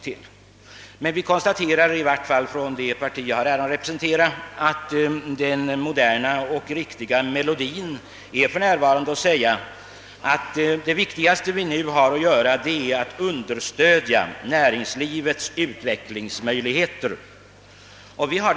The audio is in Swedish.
Det parti som jag har äran att representera anser emellertid att det viktigaste vi nu har att göra är att understödja näringslivets utvecklingsmöjligheter.